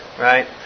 right